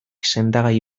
sendagai